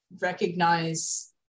recognize